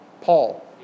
Paul